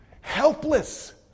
helpless